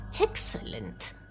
excellent